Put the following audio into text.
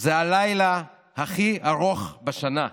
זה הלילה הכי ארוך בשנה,